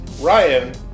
Ryan